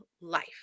life